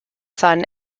son